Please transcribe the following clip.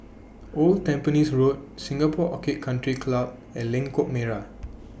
Old Tampines Road Singapore Orchid Country Club and Lengkok Merak